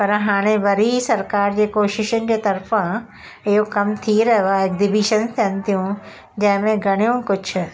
पर हाणे वरी सरकारि जे कोशिशनि जी तरफ़ा इहो कमु थी रहियो आहे एक्सिबिशन थियनि थियूं जंहिं में घणियूं कुझु